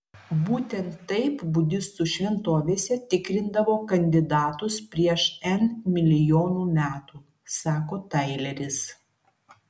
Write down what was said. būtent taip budistų šventovėse tikrindavo kandidatus prieš n milijonų metų sako taileris